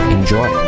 Enjoy